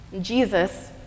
Jesus